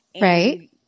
Right